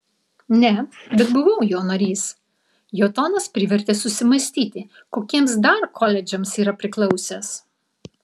ne bet buvau jo narys jo tonas privertė susimąstyti kokiems dar koledžams yra priklausęs